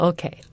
Okay